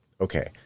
Okay